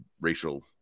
racial